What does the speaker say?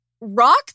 Rock